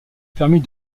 permis